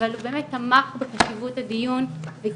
אבל הוא באמת תמך בחשיבות הדיון וכינוסו.